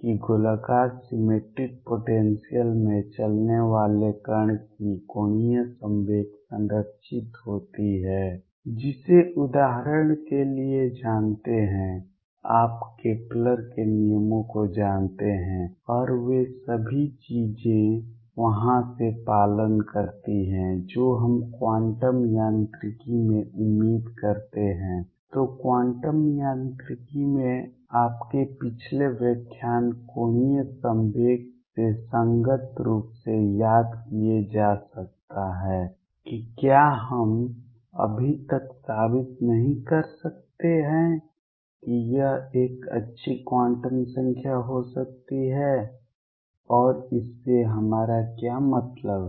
कि गोलाकार symmetric potential में चलने वाले कण की कोणीय संवेग संरक्षित होती है जिसे हम उदाहरण के लिए जानते हैं आप केप्लर के नियमों को जानते हैं और वे सभी चीजें वहां से पालन करती हैं जो हम क्वांटम यांत्रिकी में उम्मीद करते हैं तो क्वांटम यांत्रिकी में आपके पिछले व्याख्यान कोणीय संवेग से संगत रूप से याद किया जा सकता है कि क्या हम अभी तक साबित नहीं कर सकते हैं कि यह एक अच्छी क्वांटम संख्या हो सकती है और इससे हमारा क्या मतलब है